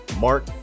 Mark